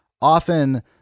often